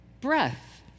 breath